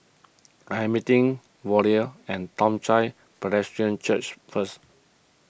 I am meeting Vollie at Toong Chai Presbyterian Church first